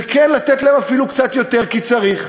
וכן לתת להם אפילו קצת יותר, כי צריך.